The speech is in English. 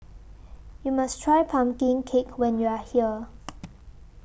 YOU must Try Pumpkin Cake when YOU Are here